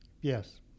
Yes